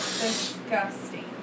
disgusting